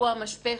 הוא המשפך.